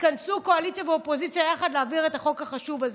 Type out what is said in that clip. התכנסו קואליציה ואופוזיציה יחד להעביר את החוק החשוב הזה.